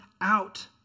out